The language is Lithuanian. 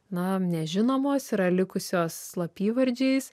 na nežinomos yra likusios slapyvardžiais